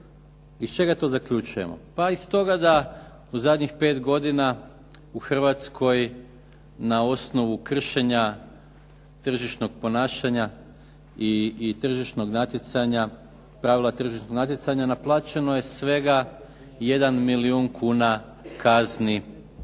Iz čega to zaključujemo? Pa iz toga da u zadnjih 5 godina u Hrvatskoj na osnovu kršenja tržišnog ponašanja i tržišnog natjecanja, pravila tržišnog natjecanja naplaćeno je svega 1 milijun kuna kazni